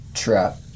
Trap